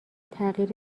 تغییر